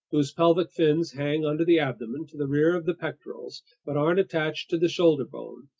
whose pelvic fins hang under the abdomen to the rear of the pectorals but aren't attached to the shoulder bone,